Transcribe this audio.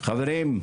חברים,